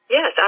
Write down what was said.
Yes